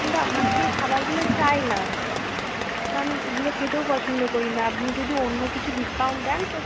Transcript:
কিন্তু আমার তো এই খাবারগুলো চাই না বা আমি এগুলো খেতেও পছন্দ করি না আপনি যদি অন্য কিছু ডিসকাউন্ট দেন তো